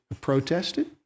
protested